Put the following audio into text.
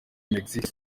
mexique